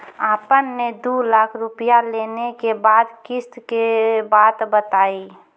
आपन ने दू लाख रुपिया लेने के बाद किस्त के बात बतायी?